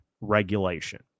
regulation